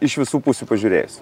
iš visų pusių pažiūrėjus